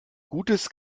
gutes